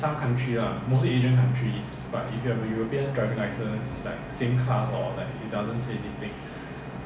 but I don't think so I didn't hear anything and is written in our license ya your flip to the back right it is